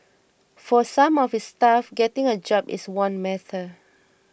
for some of his staff getting a job is one matter